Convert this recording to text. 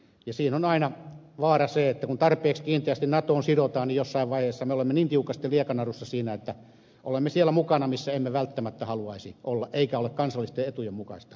siinä on aina vaarana se että kun tarpeeksi kiinteästi natoon sidotaan niin jossain vaiheessa me olemme niin tiukasti liekanarussa siinä että olemme siellä mukana missä emme välttämättä haluaisi olla ja missä ei olisi kansallisten etujen mukaista